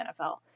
NFL